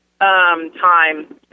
time